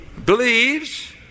Believes